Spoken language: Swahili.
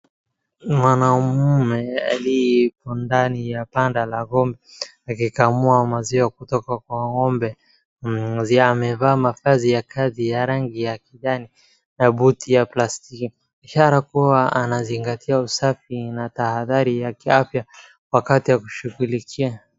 Mwanaume aliye kwa ndani ya banda la ng'ombe akikamua maziwa kutoka kwa ng'ombe. Amevaa mavazi ya kazi ya rangi ya kijani na buti ya plastiki ishara kuwa anazingatia usafi na tahadhari ya kiafya wakati ya kushughulikia.